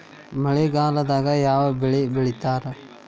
ಮಳೆಗಾಲದಾಗ ಯಾವ ಬೆಳಿ ಬೆಳಿತಾರ?